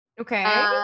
Okay